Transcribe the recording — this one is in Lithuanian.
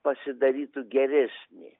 pasidarytų geresnį